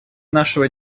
нашего